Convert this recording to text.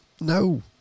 No